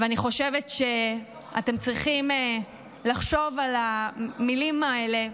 ואני חושבת שאתם צריכים לחשוב על המילים האלה,